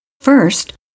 First